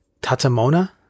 tatamona